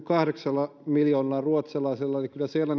kahdeksalla miljoonalla ruotsalaisella eli kyllä siellä